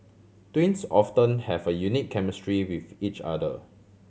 twins often have a unique chemistry with each other